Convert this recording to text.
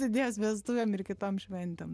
idėjos vestuvėm ir kitom šventėm